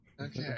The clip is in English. okay